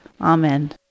Amen